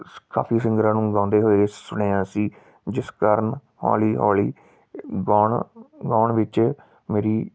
ਸ ਕਾਫੀ ਸਿੰਗਰਾਂ ਨੂੰ ਗਾਉਂਦੇ ਹੋਏ ਸੁਣਿਆ ਸੀ ਜਿਸ ਕਾਰਨ ਹੌਲੀ ਹੌਲੀ ਗਾਉਣ ਗਾਉਣ ਵਿੱਚ ਮੇਰੀ